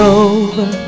over